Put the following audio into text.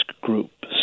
group